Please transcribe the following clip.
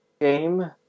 game